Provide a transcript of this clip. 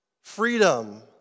freedom